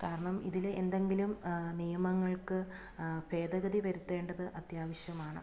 കാരണം ഇതിൽ എന്തെങ്കിലും നിയമങ്ങൾക്ക് ഭേദഗതി വരുത്തേണ്ടത് അത്യാവശ്യമാണ്